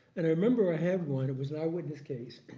and i remember i had one. it was an eyewitness case.